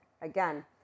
Again